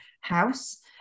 house